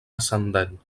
ascendent